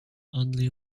only